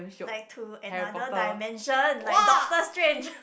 like to another dimension like doctor strange